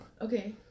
Okay